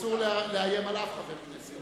אסור לאיים על אף חבר כנסת.